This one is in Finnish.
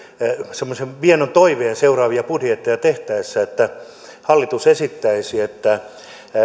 semmoisen vienon toiveen seuraavia budjetteja tehtäessä että hallitus esittäisi että